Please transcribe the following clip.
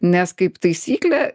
nes kaip taisyklė